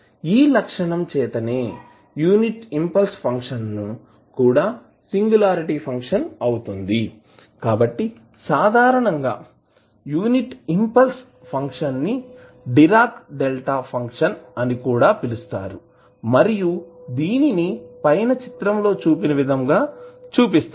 ఈ లక్షణం చేతనే యూనిట్ ఇంపల్స్ ఫంక్షన్ కూడా సింగులారిటీ ఫంక్షన్ అవుతుంది కాబట్టి సాధారణంగా యూనిట్ ఇంపల్స్ ఫంక్షన్ ని డిరాక్ డెల్టా ఫంక్షన్ అని కూడా పిలుస్తారు మరియు దీనిని పైన చిత్రంలో చూపిన విధంగా చూపిస్తారు